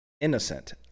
innocent